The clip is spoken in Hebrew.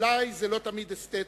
אולי זה לא תמיד אסתטי,